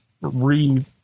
re